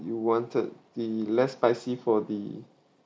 you wanted the less spicy for the